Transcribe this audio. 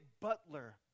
butler